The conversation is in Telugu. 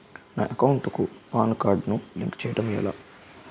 నా అకౌంట్ కు పాన్ కార్డ్ లింక్ చేయడం ఎలా?